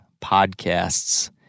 podcasts